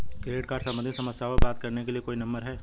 Credit card सम्बंधित समस्याओं पर बात करने के लिए कोई नंबर है?